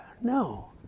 No